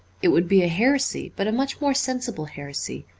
it would be a heresy, but a much more sensible heresy,